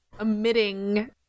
emitting